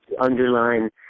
underline